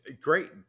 Great